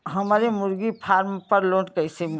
हमरे मुर्गी फार्म पर लोन कइसे मिली?